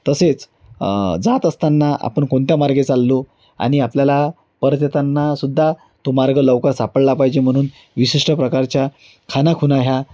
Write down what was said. तसेच जात असताना आपण कोणत्या मार्गे चाललो आणि आपल्याला परत येतानासुद्धा तो मार्ग लवकर सापडला पाहिजे म्हणून विशिष्ट प्रकारच्या खाणाखुणा ह्या